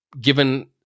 Given